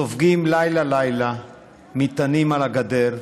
סופגים לילה-לילה מטענים על הגדר,